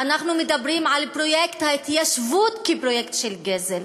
אנחנו מדברים על פרויקט ההתיישבות כפרויקט של גזל,